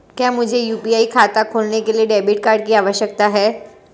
क्या मुझे यू.पी.आई खाता खोलने के लिए डेबिट कार्ड की आवश्यकता है?